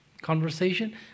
conversation